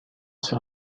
sur